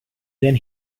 then